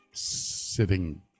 Sitting